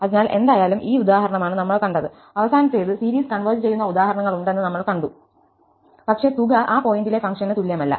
അതിനാൽ എന്തായാലും ഈ ഉദാഹരണമാണ് നമ്മൾ കണ്ടത് അവസാനത്തേത് സീരീസ് കൺവെർജ് ചെയ്യുന്ന ഉദാഹരണങ്ങളുണ്ടെന്ന് നമ്മൾ കണ്ടു പക്ഷേ തുക ആ പോയിന്റിലെ ഫംഗ്ഷന് തുല്യമല്ല